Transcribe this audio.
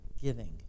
Giving